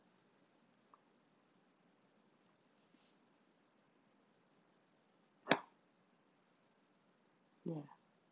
ya